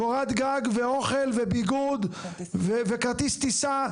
קורת גג ואוכל וביגוד וכרטיס טיסה,